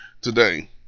today